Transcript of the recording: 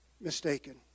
mistaken